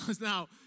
now